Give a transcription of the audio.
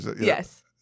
Yes